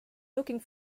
looking